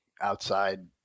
outside